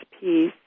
peace